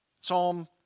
Psalm